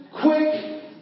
quick